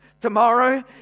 tomorrow